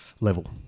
level